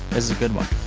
is a good one.